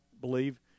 believe